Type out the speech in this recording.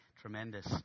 Tremendous